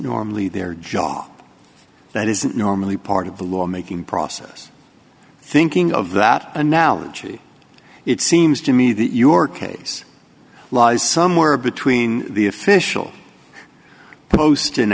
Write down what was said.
normally their job that isn't normally part of the law making process thinking of that analogy it seems to me that your case lies somewhere between the official post